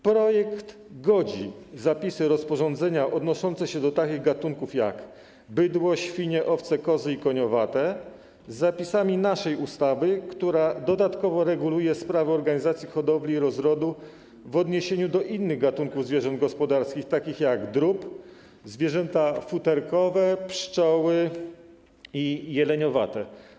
Projekt godzi zapisy rozporządzenia odnoszące się do takich gatunków jak bydło, świnie, owce, kozy i koniowate z zapisami naszej ustawy, która dodatkowo reguluje sprawy organizacji hodowli i rozrodu w odniesieniu do innych gatunków zwierząt gospodarskich, takich jak drób, zwierzęta futerkowe, pszczoły i jeleniowate.